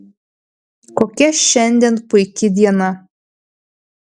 kokia šiandien puiki diena